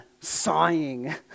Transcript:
sighing